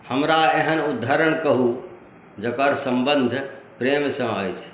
हमरा एहन उद्धरण कहू जकर सम्बन्ध प्रेमसँ अछि